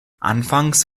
anfangs